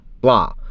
blah